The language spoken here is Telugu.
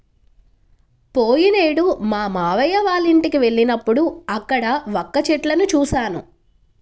పోయినేడు మా మావయ్య వాళ్ళింటికి వెళ్ళినప్పుడు అక్కడ వక్క చెట్లను చూశాను